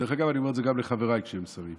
דרך אגב, אני אומר את זה גם לחבריי כשהם שרים.